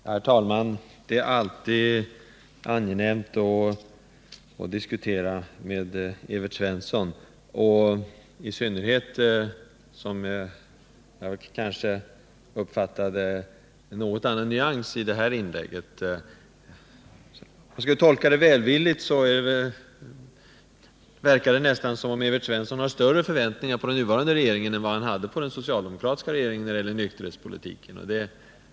Herr talman! Det är nu som alltid angenämt att diskutera med Evert Svensson, i synnerhet som jag uppfattade en annan nyans i hans senaste inlägg. Det verkar nästan som om Evert Svensson har större förväntningar på den nuvarande regeringen än vad han hade på den socialdemokratiska regeringen när det gäller nykterhetspolitiken.